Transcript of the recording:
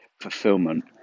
fulfillment